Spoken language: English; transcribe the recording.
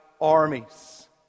armies